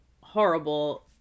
horrible